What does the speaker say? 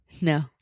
No